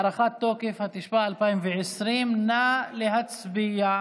הארכת תוקף), התשפ"א 2020. נא להצביע.